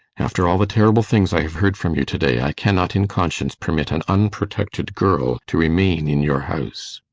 after all the terrible things i have heard from you today, i cannot in conscience permit an unprotected girl to remain in your house.